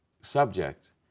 subject